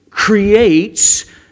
creates